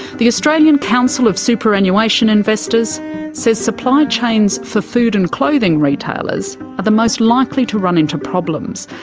the australian council of superannuation investors says supply chains for food and clothing retailers are the most likely to run into problems.